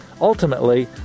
ultimately